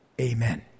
amen